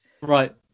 Right